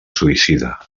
suïcida